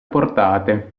portate